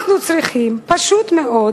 אנחנו צריכים פשוט מאוד